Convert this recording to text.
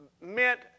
meant